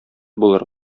булыр